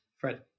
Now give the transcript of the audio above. Fred